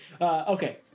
Okay